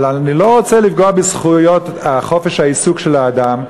אבל אני לא רוצה לפגוע בזכויות חופש העיסוק של האדם.